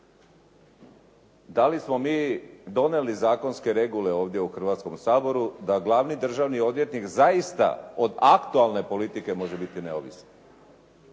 Da li smo mi donijeli zakonske regule ovdje u Hrvatskog saboru da glavni državni odvjetnik zaista od aktualne politike može biti neovisan.